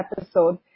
episode